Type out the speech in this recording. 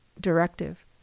directive